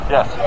Yes